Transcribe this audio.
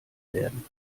werden